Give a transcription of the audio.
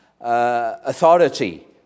authority